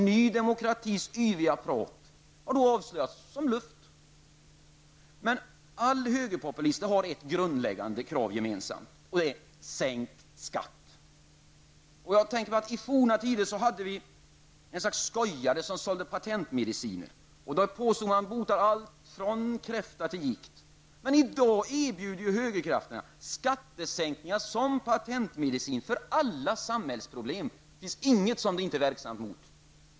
Ny Demokratis yviga prat har då avslöjats som luft. All högerpopulism har ett gemensamt grundläggande krav -- sänkt skatt. I forna tider fanns skojare som sålde patentmediciner som påstods bota allt från kräfta till gikt. I dag erbjuder högerkrafterna skattesänkningar som patentmedicin för alla sorters samhällsproblem. Det finns inget som det inte är verksamt emot.